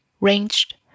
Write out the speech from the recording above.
ranged